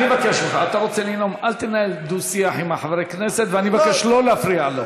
אם אתם יודעים את הסיבות אני ארד ולא צריך ועדת חקירה.